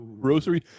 Grocery